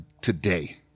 today